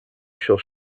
shall